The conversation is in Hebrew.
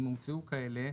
אם הומצאו כאלה,